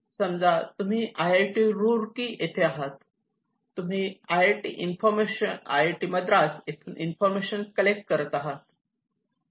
समजा तुम्ही आयआयटी रूर्की येथे आहात तुम्ही आयआयटी मद्रास येथून इन्फॉर्मेशन कलेक्ट करत आहात